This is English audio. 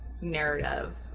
narrative